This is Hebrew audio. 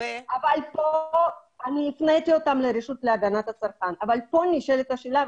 אני הפניתי אותם לרשות להגנת הצרכן אבל כאן נשאלת השאלה,